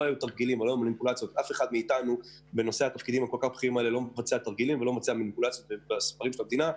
אף אחד מאיתנו לא מבצע מניפולציות בספרי המדינה.